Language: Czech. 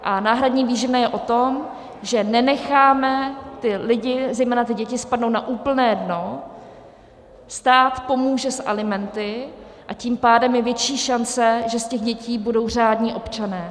A náhradní výživné je o tom, že nenecháme ty lidi, zejména ty děti, spadnout na úplné dno, stát pomůže s alimenty, a tím pádem je větší šance, že z těch dětí budou řádní občané.